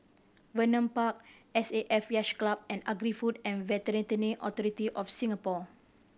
Vernon Park S A F Yacht Club and Agri Food and Veterinary Authority of Singapore